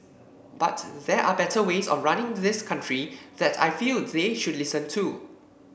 but there are better ways of running this country that I feel they should listen to